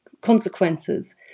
consequences